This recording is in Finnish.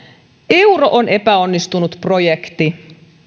euro on epäonnistunut projekti